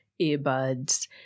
earbuds